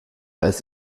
als